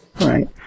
Right